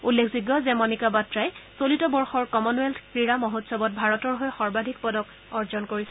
উল্লেখযোগ্য যে মণিকা বাট্টাই চলিত বৰ্ষৰ কমনৱেলথ ক্ৰীড়া মহোৎসৱত ভাৰতৰ হৈ সৰ্বাধিক পদক অৰ্জন কৰিছে